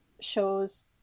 shows